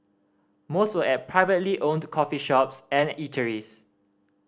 most were at privately owned coffee shops and eateries